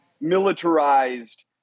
militarized